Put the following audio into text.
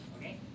Okay